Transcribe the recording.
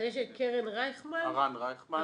הרן רייכמן.